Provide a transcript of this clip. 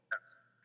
Yes